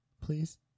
please